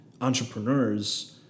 entrepreneurs